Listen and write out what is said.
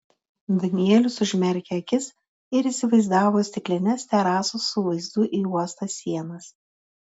danielius užmerkė akis ir įsivaizdavo stiklines terasų su vaizdu į uostą sienas